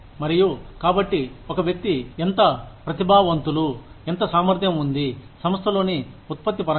మరియు కాబట్టి ఒక వ్యక్తి ఎంత ప్రతిభావంతులు ఎంత సామర్థ్యం ఉంది సంస్థలోని ఉత్పత్తి పరంగా